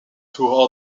two